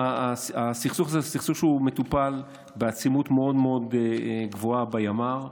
הסכסוך זה סכסוך שמטופל בעצימות מאוד מאוד גבוהה בימ"ר.